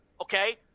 Okay